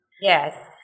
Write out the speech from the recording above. Yes